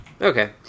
Okay